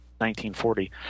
1940